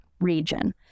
region